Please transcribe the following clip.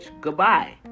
goodbye